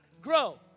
grow